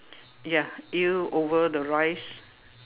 ya eel over the rice